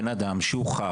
בן אדם שהוכח,